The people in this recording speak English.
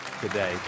today